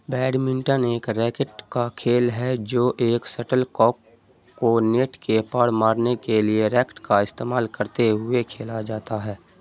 badminton ایک racket کا کھیل ہے جو ایک شٹل کاک کو نیٹ کے پار مارنے کے لیے ریکٹ کا استعمال کرتے ہوئے کھیلا جاتا ہے